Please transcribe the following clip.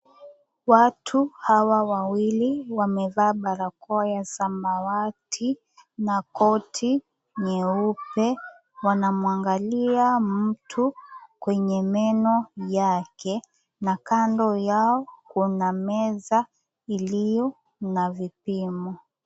Watu hawa wawili wamevaa barakoa ya samawati na koti nyeupe, wanamuangalia mtu kwenye meno yake na kando yao kuna meza iliyo na vipimo.